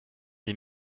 sie